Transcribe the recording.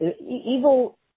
evil